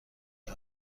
اید